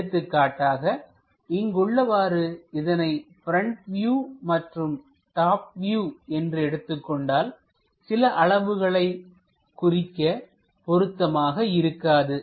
எடுத்துக்காட்டாக இங்கு உள்ளவாறு இதனை ப்ரெண்ட் வியூ மற்றும் டாப் வியூ என்று எடுத்துக் கொண்டால்சில அளவுகளை குறிக்க பொருத்தமாக இருக்காது